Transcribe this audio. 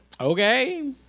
Okay